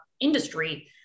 industry